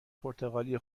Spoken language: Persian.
پرتغالی